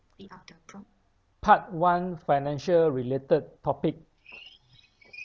part one financial related topic